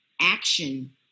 action